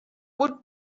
would